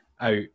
out